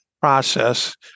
process